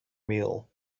meal